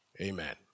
Amen